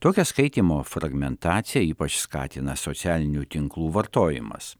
tokią skaitymo fragmentaciją ypač skatina socialinių tinklų vartojimas